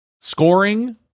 scoring